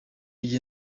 gihe